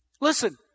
Listen